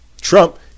Trump